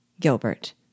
Gilbert